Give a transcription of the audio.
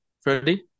Freddie